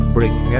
Bring